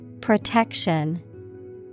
Protection